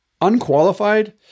unqualified